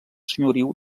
senyoriu